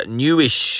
newish